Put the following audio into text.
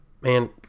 Man